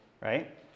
Right